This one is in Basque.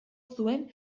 zuen